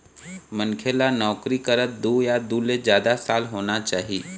मनखे ल नउकरी करत दू या दू ले जादा साल होना चाही